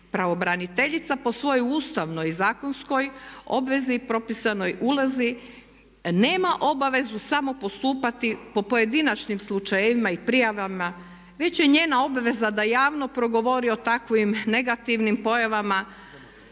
Pravobraniteljica po svojoj ustavnoj zakonskoj obvezi propisanoj ulozi nema obavezu samo postupati po pojedinačnim slučajevima i prijavama već je njena obaveza da javno progovori o takvim negativnim pojavama